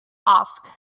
asked